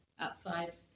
outside